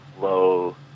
low